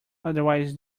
otherwise